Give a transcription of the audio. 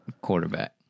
quarterback